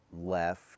left